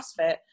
CrossFit